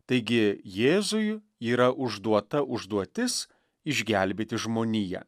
taigi jėzui yra užduota užduotis išgelbėti žmoniją